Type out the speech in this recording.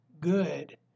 good